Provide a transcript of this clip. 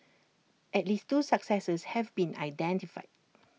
at least two successors have been identified